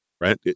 right